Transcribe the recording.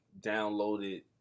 downloaded